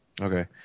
Okay